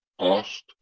asked